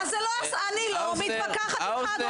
אני לא מתווכחת איתך אדוני.